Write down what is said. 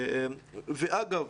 אגב,